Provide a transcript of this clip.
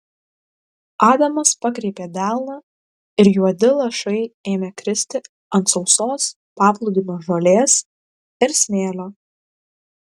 adamas pakreipė delną ir juodi lašai ėmė kristi ant sausos paplūdimio žolės ir smėlio